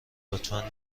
لطفا